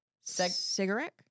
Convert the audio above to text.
Cigarette